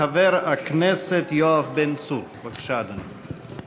חבר הכנסת יואב בן צור, בבקשה, אדוני.